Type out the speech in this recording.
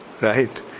right